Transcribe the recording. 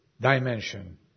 dimension